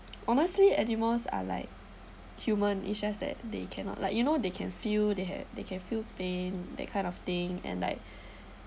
honestly animals are like human it's just that they cannot like you know they can feel they have they can feel pain that kind of thing and like